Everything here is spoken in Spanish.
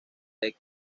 red